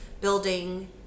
building